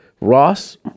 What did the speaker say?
Ross